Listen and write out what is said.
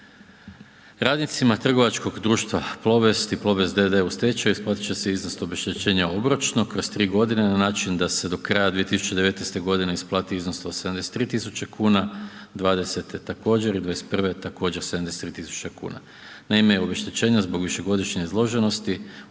Radnicima trgovačkog društva Plobest i Plobest d.d. u stečaju isplatit će se iznos obeštećenja obročno kroz 3 g. na način da se do kraja 2019. g. isplati iznos od 73 000, 2020. također i 2021. također 73 000 kuna. Naime, obeštećenja zbog višegodišnje izloženosti